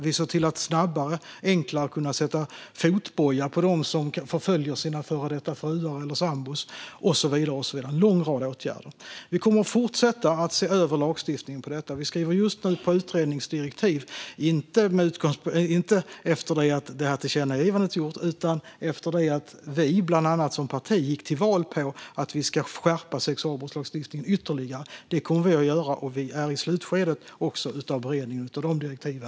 Vi har sett till att snabbare och enklare kunna sätta fotboja på dem som förföljer sina före detta fruar eller sambor. Vi har vidtagit en lång rad åtgärder. Vi kommer att fortsätta att se över lagstiftningen på detta område. Vi skriver just nu på utredningsdirektiv - inte efter det att tillkännagivandet gjordes utan efter det att bland annat vi som parti gick till val på att vi skulle skärpa sexualbrottslagstiftningen ytterligare. Det kommer vi att göra, och vi är i slutskedet av beredningen av dessa direktiv.